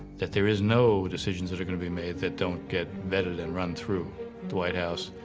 that there is no decisions that are going to be made that don't get vetted and run through the white house,